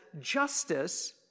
justice